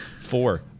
Four